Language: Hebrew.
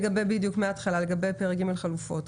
לגבי פרק ג', חלופות.